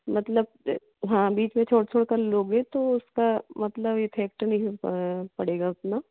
मतलब हाँ बीच में छोड़ छोड़ कर लोगे तो उसका मतलब इफ़ेक्ट नहीं पड़ेगा उतना